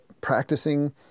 practicing